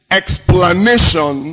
explanation